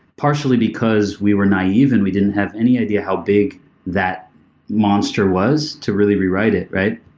partially because we were naive and we didn't have any idea how big that monster was to really rewrite it, right?